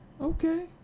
Okay